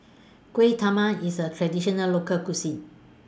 Kuih Talam IS A Traditional Local Cuisine